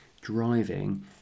driving